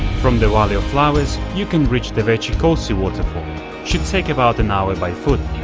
from the valley of flowers you can reach devechi kosy waterfall should take about an hour by foot